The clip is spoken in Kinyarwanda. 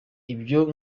ibyo